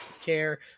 care